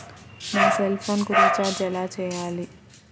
నా సెల్ఫోన్కు రీచార్జ్ ఎలా చేయాలి?